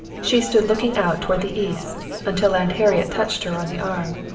she stood looking out toward the east, until aunt harriet touched her on the arm.